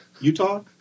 Utah